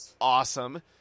awesome